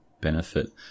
benefit